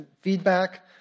feedback